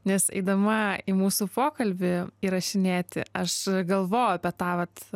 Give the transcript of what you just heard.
nes eidama į mūsų pokalbį įrašinėti aš galvojau apie tą vat